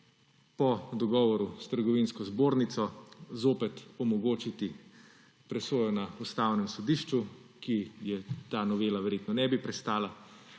po dogovoru s Trgovinsko zbornico zopet omogočiti presojo na Ustavnem sodišču, ki je ta novela verjetno ne bi prestala,